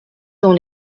dans